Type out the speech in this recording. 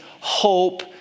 hope